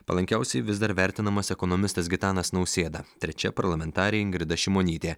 palankiausiai vis dar vertinamas ekonomistas gitanas nausėda trečia parlamentarė ingrida šimonytė